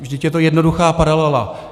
Vždyť je to jednoduchá paralela.